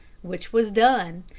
which was done,